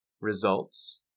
results